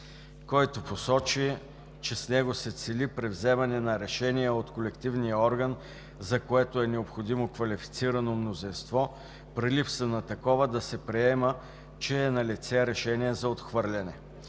който посочи, че с него се цели при взимане на решение от колективния орган, за което е необходимо квалифицирано мнозинство, при липса на такова да се приема, че е налице решение за отхвърляне.